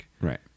Right